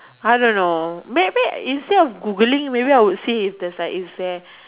I don't know maybe instead of Googling maybe I would say if there's like is there